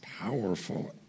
powerful